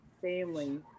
family